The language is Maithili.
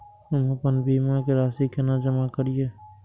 हम आपन बीमा के राशि केना जमा करिए?